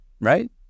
right